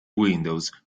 windows